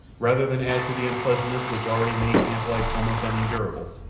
rather than add to the unpleasantness which already made camp life almost unendurable,